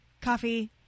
coffee